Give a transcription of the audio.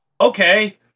okay